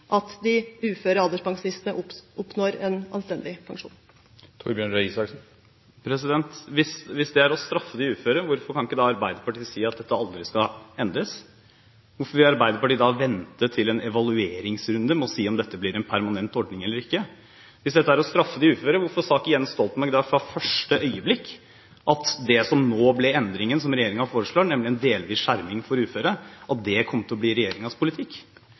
at de uføre alderspensjonistene oppnår en anstendig pensjon? Hvis det er å straffe de uføre, hvorfor kan ikke da Arbeiderpartiet si at dette aldri skal endres? Hvorfor vil Arbeiderpartiet da vente til en evalueringsrunde med å si om dette blir en permanent ordning eller ikke? Hvis dette er å straffe de uføre, hvorfor sa ikke Jens Stoltenberg da fra første øyeblikk at det som nå ble endringen som regjeringen foreslår, nemlig en delvis skjerming for uføre, kom til å bli regjeringens politikk? Det er veldig pussig at Arbeiderpartiet ikke var i stand til å